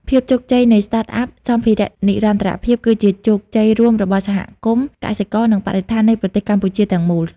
ភាពជោគជ័យនៃ Startup សម្ភារៈនិរន្តរភាព គឺជាជោគជ័យរួមរបស់សហគមន៍ កសិករ និងបរិស្ថាននៃប្រទេសកម្ពុជាទាំងមូល។